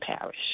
Parish